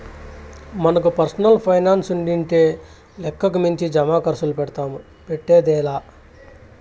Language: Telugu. మనకు పర్సనల్ పైనాన్సుండింటే లెక్కకు మించి జమాకర్సులు పెడ్తాము, పెట్టేదే లా